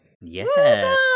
Yes